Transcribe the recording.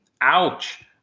Ouch